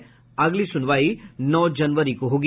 इसकी अगली सुनवाई नौ जनवरी को होगी